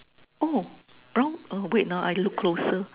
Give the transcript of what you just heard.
oh brown err wait ah I look closer